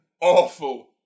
awful